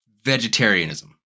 Vegetarianism